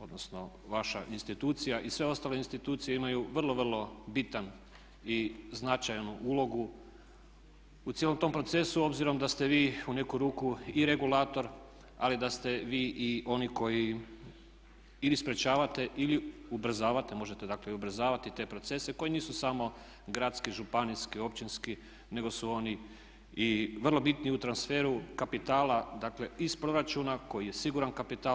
odnosno vaša institucija i sve ostale institucije imaju vrlo, vrlo bitan i značajnu ulogu u cijelom tom procesu obzirom da ste vi u neku ruku i regulator, ali da ste vi i oni koji ili sprječavate ili ubrzavate, možete dakle i ubrzavati te procese koji nisu samo gradski, županijski, općinski nego su oni i vrlo bitni u transferu kapitala, dakle iz proračuna koji je siguran kapital.